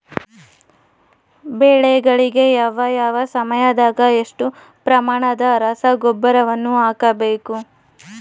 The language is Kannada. ಬೆಳೆಗಳಿಗೆ ಯಾವ ಯಾವ ಸಮಯದಾಗ ಎಷ್ಟು ಪ್ರಮಾಣದ ರಸಗೊಬ್ಬರವನ್ನು ಹಾಕಬೇಕು?